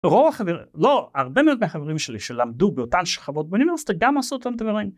רוב החברים, לא, הרבה מאוד מהחברים שלי שלמדו באותן שכבות באוניברסיטה גם עשו אותם דברים.